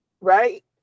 right